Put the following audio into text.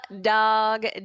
Dog